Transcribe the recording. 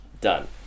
done